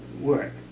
work